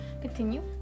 continue